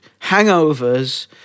hangovers